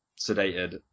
sedated